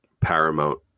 Paramount